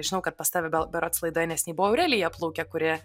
žinau kad pas tave gal berods laidoje neseniai buvo aurelija plūkė kuri